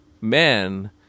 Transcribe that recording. men